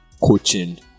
coaching